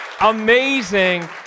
amazing